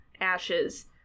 ashes